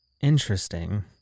interesting